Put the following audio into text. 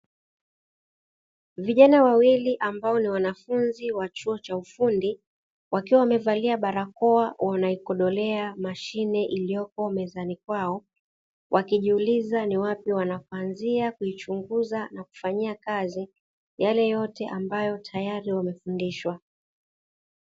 Vijana wawili ambao ni wanafunzi wa chuo cha ufundi, wakiwa wamevalia barakoa wanaikodolea mashine iliyopo mezani kwao, wakijiuliza ni wapi wanapoanzia kuichunguza na kufanyia kazi, yale yote ambayo tayari wamefundishwa.